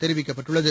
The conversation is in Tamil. தெரிவிக்கப்பட்டுள்ளது